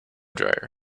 dryer